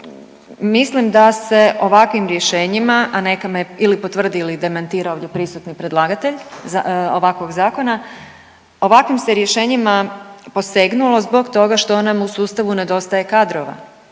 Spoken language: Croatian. mislim da se ovakvim rješenjima, a neka me ili potvrdi ili demantira ovdje prisutni predlagatelj ovakvog zakona. Ovakvim se rješenjima posegnulo zbog toga što nam u sustavu nedostaje kadrova.